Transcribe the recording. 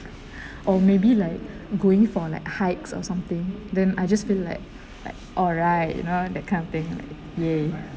or maybe like going for like hikes or something then I just feel like like alright you know that kind of thing yeah